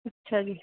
ਅੱਛਾ ਜੀ